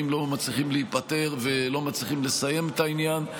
לא מצליחים להיפתר ולא מצליחים לסיים את העניין.